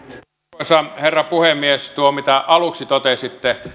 arvoisa herra puhemies tuo mitä aluksi totesitte